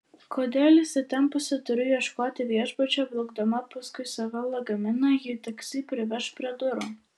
kodėl įsitempusi turiu ieškoti viešbučio vilkdama paskui save lagaminą jei taksi priveš prie durų